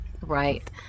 Right